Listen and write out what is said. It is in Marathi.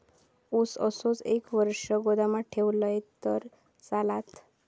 ऊस असोच एक वर्ष गोदामात ठेवलंय तर चालात?